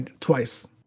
Twice